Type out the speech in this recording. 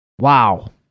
wow